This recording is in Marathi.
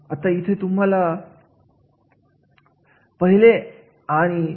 आणि कार्याच्या स्वरूपानुसार त्याचे वेतन ठरवण्यात येते